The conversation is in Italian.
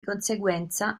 conseguenza